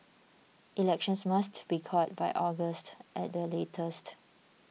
elections must be called by August at the latest